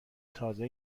تازه